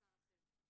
מספר אחר.